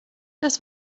das